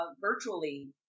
virtually